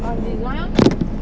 oh design lor